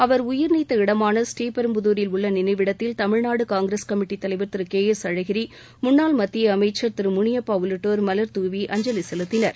அவர் உயிர் நீத்த இடமாள ஸ்ரீபெரும்புதூரில் உள்ள நினைவிடத்தில் தமிழ்நாடு னாங்கிரஸ் கமிட்டித் தலைவர் திரு கே எஸ் அழகிரி முன்னாள் மத்திய அமைச்சர் திரு முனியப்பா உள்ளிட்டோர் மலர்தூவி அஞ்சலி செலுத்தினர்